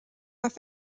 off